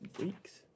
weeks